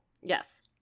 yes